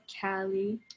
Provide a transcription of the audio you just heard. cali